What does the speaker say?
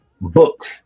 books